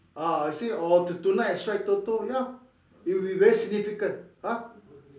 ah see or tonight I strike Toto ya it will be very significant !huh!